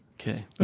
Okay